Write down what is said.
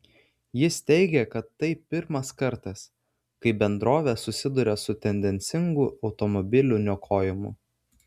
jis teigė kad tai pirmas kartas kai bendrovė susiduria su tendencingu automobilių niokojimu